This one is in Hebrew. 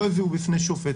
לא הביאו בפני שופט.